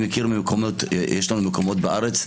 יש לנו מקומות בארץ,